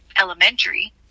elementary